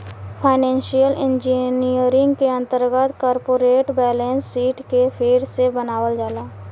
financial engineering के अंदर corporate balance sheet के फेर से बनावल जाला